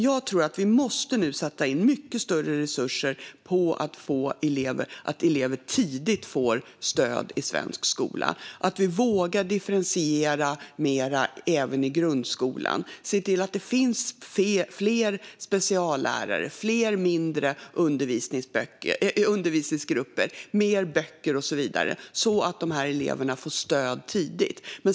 Jag tror att vi nu måste sätta in mycket större resurser på att elever ska få tidigt stöd i svensk skola. Vi måste våga differentiera mer även i grundskolan och se till att det finns fler speciallärare, fler mindre undervisningsgrupper, mer böcker och så vidare, så att de här eleverna får stöd tidigt.